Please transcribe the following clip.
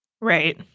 Right